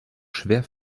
schwer